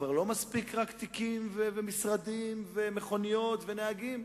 כבר לא מספיק רק תיקים ומשרדים ומכוניות ונהגים,